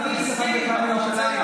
מה זה חשוב לכם בכלל, הכותל?